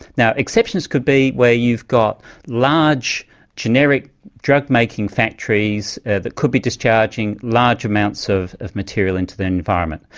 now exceptions could be where you've got large generic drug making factories that could be discharging large amounts of of material into the environment.